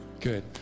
Good